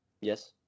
Yes